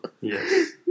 Yes